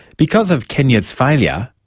because of kenya's failure,